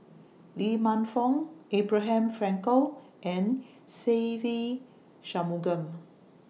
Lee Man Fong Abraham Frankel and Se Ve Shanmugam